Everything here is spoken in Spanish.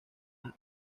las